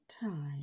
time